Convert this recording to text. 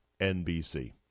NBC